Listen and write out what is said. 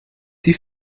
die